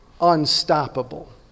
unstoppable